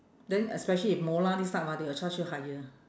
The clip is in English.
then especially if molar this type ah they will charge you higher